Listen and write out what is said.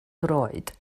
droed